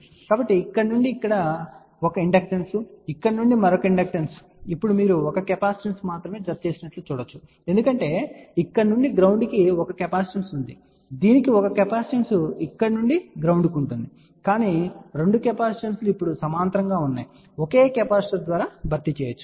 కాబట్టి ఇక్కడ నుండి ఒక ఇండక్టెన్స్ ఇక్కడ నుండి మరొక ఇండక్టెన్స్ ఇప్పుడు మీరు ఒక కెపాసిటెన్స్ మాత్రమే జతచేసినట్లు మీరు చూడవచ్చు ఎందుకంటే ఇక్కడ నుండి గ్రౌండ్ కి ఒక కెపాసిటెన్స్ ఉంటుంది దీనికి ఒక కెపాసిటెన్స్ ఇక్కడి నుండి గ్రౌండ్ కి ఉంటుంది కాని 2 కెపాసిటెన్సులు ఇప్పుడు సమాంతరంగా ఉన్నాయి ఒకే కెపాసిటర్ ద్వారా భర్తీ చేయవచ్చు సరే